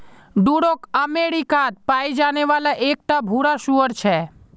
Duroc अमेरिकात पाया जाने वाला एक टा भूरा सूअर छे